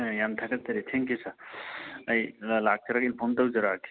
ꯌꯥꯝ ꯊꯒꯠꯆꯔꯤ thank you sir ꯑꯩ ꯂꯥꯛꯆꯔꯒ ꯏꯟꯐꯣꯝ ꯇꯧꯖꯔꯛꯑꯒꯦ